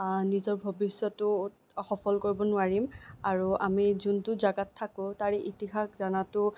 নিজৰ ভৱিষ্যতো সফল কৰিব নোৱাৰিম আৰু আমি যোনটো জাগাত থাকোঁ তাৰেই ইতিহাস জনাতো